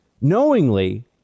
knowingly